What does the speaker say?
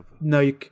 No